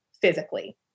physically